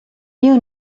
you